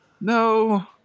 no